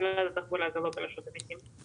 לא שייך לרשות המיסים.